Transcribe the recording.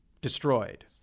destroyed